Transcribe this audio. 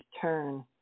turn